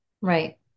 Right